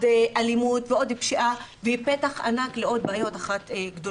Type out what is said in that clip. אלימות ועוד פשיעה והיא פתח ענק לעוד בעיות גדולות.